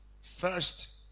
First